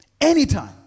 Anytime